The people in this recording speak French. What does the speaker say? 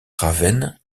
ravenne